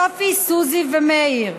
סופי, סוזי ומאיר.